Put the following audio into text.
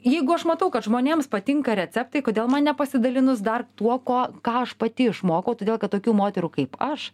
jeigu aš matau kad žmonėms patinka receptai kodėl man nepasidalinus dar tuo ko ką aš pati išmokau todėl kad tokių moterų kaip aš